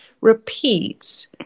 repeat